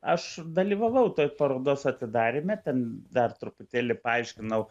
aš dalyvavau toj parodos atidaryme ten dar truputėlį paaiškinau